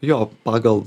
jo pagal